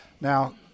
Now